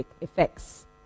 effects